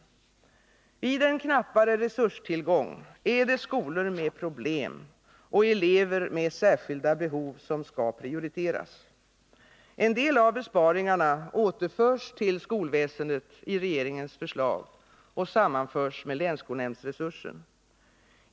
Vid en knappare resurstillgång är det skolor med problem och elever med särskilda behov som skall prioriteras. En del av besparingarna återförs till skolväsendet i regeringens förslag och sammanförs med länsskolnämndsresursen.